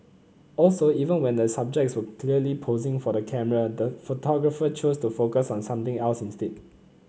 also even when the subjects were clearly posing for the camera the photographer chose to focus on something else instead